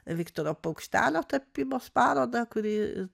viktoro paukštelio tapybos parodą kuri